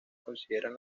consideran